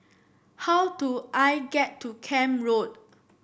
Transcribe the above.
how do I get to Camp Road